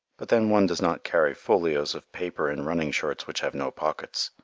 but then one does not carry folios of paper in running shorts which have no pockets,